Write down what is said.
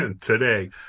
Today